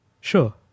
Sure